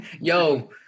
yo